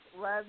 love